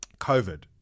COVID